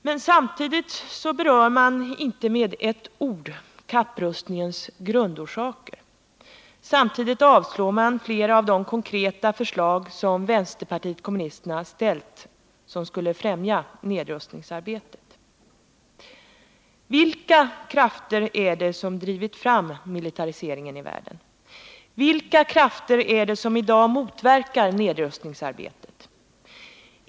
Men samtidigt berör man inte med ett ord kapprustningens grundorsaker, och man avstyrker flera av de konkreta förslag från vpk som skulle främja nedrustningsarbetet. Vilka krafter är det som har drivit fram militariseringen i världen? Vilka krafter är det som i dag motverkar nedrustningsarbetet?